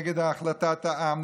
נגד החלטת העם,